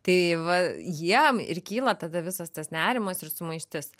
tai va jiem ir kyla tada visas tas nerimas ir sumaištis